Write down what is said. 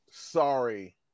Sorry